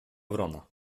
wrona